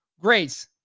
Grace